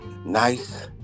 Nice